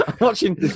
watching